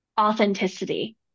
authenticity